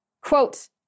Quote